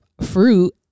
fruit